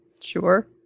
Sure